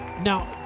Now